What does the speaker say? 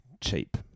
cheap